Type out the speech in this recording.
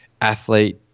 athlete